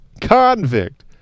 convict